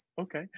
Okay